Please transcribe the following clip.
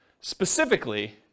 specifically